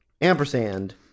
ampersand